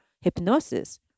hypnosis